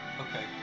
Okay